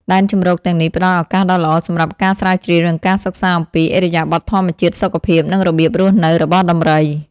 ដែនជម្រកទាំងនេះផ្តល់ ឱកាសដ៏ល្អសម្រាប់ការស្រាវជ្រាវ និងការសិក្សាអំពី ឥរិយាបថធម្មជាតិ សុខភាព និងរបៀបរស់នៅរបស់ដំរី។